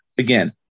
Again